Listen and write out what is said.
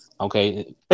Okay